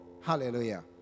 Hallelujah